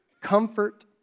comfort